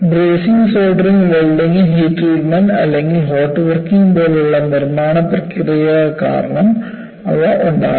bracing soldering welding heat treatment അല്ലെങ്കിൽ hot working പോലുള്ള നിർമ്മാണ പ്രക്രിയകൾ കാരണം അവ ഉണ്ടാകാം